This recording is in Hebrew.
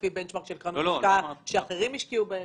לפי בנצ'מרק של כמה השקעה אחרים השקיעו.